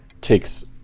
Takes